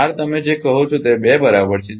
R તમે જે કહો છે તે 2 બરાબર છે